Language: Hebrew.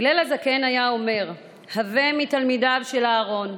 הלל הזקן היה אומר: "הוי מתלמידיו של אהרן,